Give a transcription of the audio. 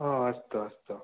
ओ अस्तु अस्तु